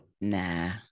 nah